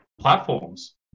platforms